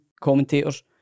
commentators